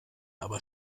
aber